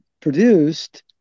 produced